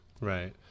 Right